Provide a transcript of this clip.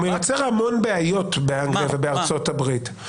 הוא מייצר המון בעיות באנגליה ובארצות הברית.